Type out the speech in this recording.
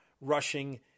rushing